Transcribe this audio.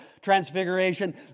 Transfiguration